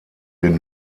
den